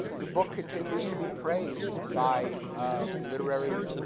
the book continues to be praised by literary